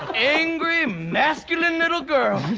angry masculine little girl.